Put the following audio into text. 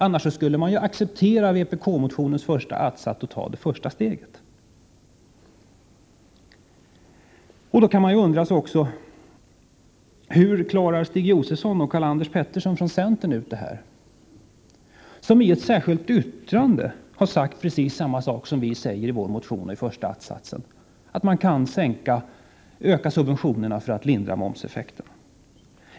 Annars skulle man ju acceptera vpk-motionens första att-sats och ta det första steget. Man kan också fråga: Hur klarar Stig Josefson och Karl-Anders Petersson från centern ut det här, som i ett särskilt yttrande har sagt samma sak som vi säger i vår första att-sats, att man kan öka subventionerna för att lindra momseffekterna?